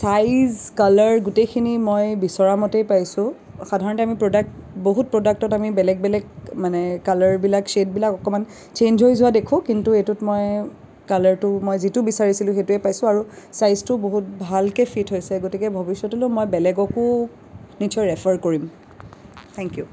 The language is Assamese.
চাইজ কালাৰ গোটেইখিনি মই বিচৰা মতেই পাইছোঁ সাধাৰণতে আমি প্ৰডাক্ট বহুত প্ৰডাক্টত আমি বেলেগ বেলেগ মানে কালাৰবিলাক ছেডবিলাক অকণমান চেঞ্জ হৈ যোৱা দেখোঁ কিন্তু এইটোত মই কালাৰটো মই যিটো বিচাৰিছিলো সেইটোৱেই পাইছোঁ আৰু চাইজটো বহুত ভালকে ফিট হৈছে গতিকে ভৱিষ্যতলৈ মই বেলেগকো নিশ্চয় ৰেফাৰ কৰিম থ্যেংক ইউ